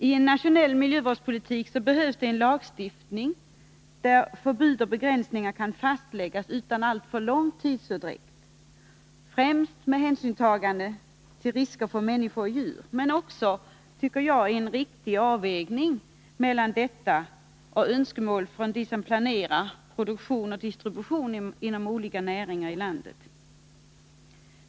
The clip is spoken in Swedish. I en nationell miljövårdspolitik behövs det en lagstiftning där förbud och begränsningar kan fastläggas utan alltför lång tidsutdräkt, främst med hänsynstagande till risker för människor och djur, men också, tycker jag, i en riktig avvägning mellan detta och önskemål från dem som planerar produktion och distribution inom olika näringar i landet.